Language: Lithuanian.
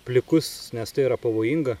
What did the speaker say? plikus nes tai yra pavojinga